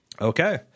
Okay